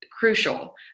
crucial